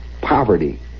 poverty